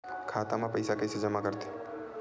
खाता म पईसा कइसे जमा करथे?